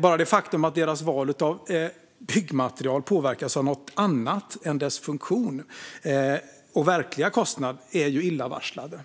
Bara det faktum att deras val av material påverkas av något annat än materialens funktion och verkliga kostnad är illavarslande.